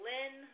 Lynn